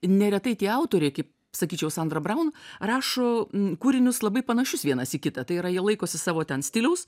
neretai tie autoriai kaip sakyčiau sandra brown rašo kūrinius labai panašius vienas į kitą tai yra jie laikosi savo ten stiliaus